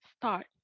start